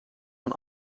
van